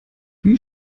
wie